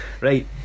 Right